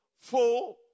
full